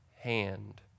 hand